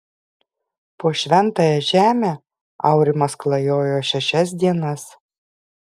po šventąją žemę aurimas klajojo šešias dienas